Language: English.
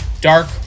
dark